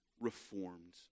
reformed